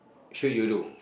should you do